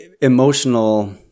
emotional